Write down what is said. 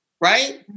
Right